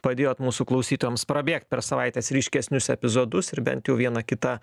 padėjot mūsų klausytojams prabėgt per savaitės ryškesnius epizodus ir bent jau vieną kitą